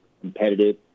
competitive